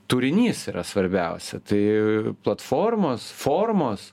turinys yra svarbiausia tai platformos formos